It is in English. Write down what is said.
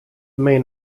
main